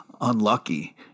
unlucky